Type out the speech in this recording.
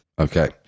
Okay